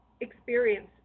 experience